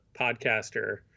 podcaster